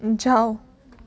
જાવ